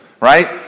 right